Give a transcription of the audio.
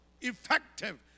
effective